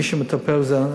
מי שמטפל זה,